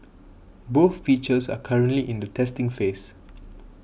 both features are currently in the testing phase